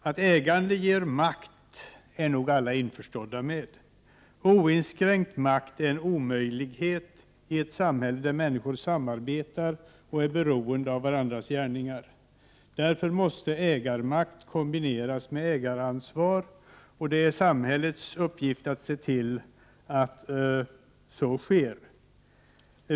Att ägande ger makt är nog alla införstådda med. Oinskränkt makt är en omöjlighet i ett samhälle där människor samarbetar och är beroende av varandras gärningar. Därför måste ägarmakt kombineras med ägaransvar, och det är samhällets uppgift att se till att så sker.